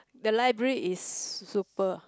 the library is super